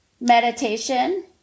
meditation